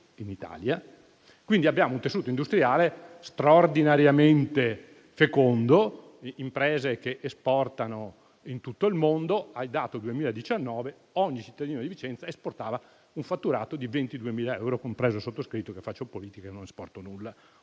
Italia. Abbiamo un tessuto industriale straordinariamente fecondo, imprese che esportano in tutto il mondo. Stando ai dati 2019, ogni cittadino di Vicenza esportava un fatturato di 22.000 euro, compresi il sottoscritto, che fa politica e non esporta nulla,